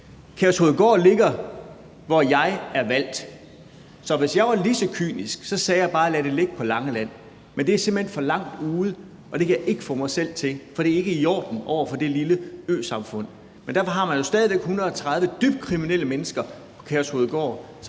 Kærshovedgård ligger, hvor jeg er valgt, så hvis jeg var lige så kynisk, sagde jeg bare: Lad det ligge på Langeland. Men det er simpelt hen for langt ude, og det kan jeg ikke få mig selv til, for det er ikke i orden over for det lille øsamfund. Men derfor har man jo stadig væk 130 dybt kriminelle mennesker på Kærshovedgård,